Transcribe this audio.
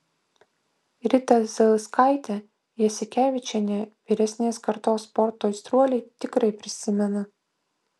ritą zailskaitę jasikevičienę vyresnės kartos sporto aistruoliai tikrai prisimena